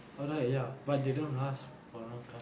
alright ya but they don't last for a long time